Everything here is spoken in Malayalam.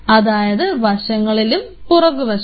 അതായത് വശങ്ങളിലും പുറകുവശവും